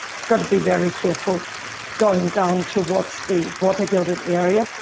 i've got to be very careful going down towards the water-gilded area,